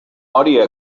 audio